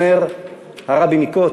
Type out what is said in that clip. אומר הרבי מקוצק,